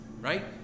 right